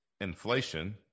inflation